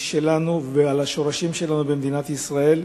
שלנו על השורשים שלנו במדינת ישראל.